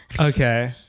Okay